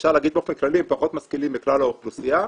אפשר להגיד באופן שהם פחות משכילים בכלל האוכלוסייה,